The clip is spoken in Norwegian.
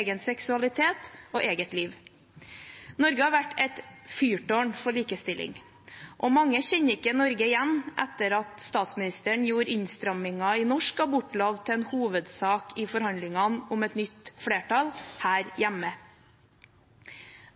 egen seksualitet og eget liv. Norge har vært et fyrtårn for likestilling. Mange kjenner ikke Norge igjen etter at statsministeren gjorde innstramminger i norsk abortlov til en hovedsak i forhandlingene om et nytt flertall her hjemme.